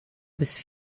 bis